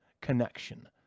connection